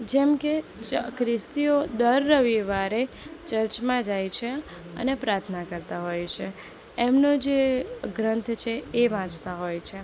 જેમ કે ખ્રિસ્તીઓ દર રવિવારે ચર્ચમાં જાય છે અને પ્રાર્થના કરતા હોય છે એમનો જે ગ્રંથ છે એ વાંચતા હોય છે